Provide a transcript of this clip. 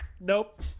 nope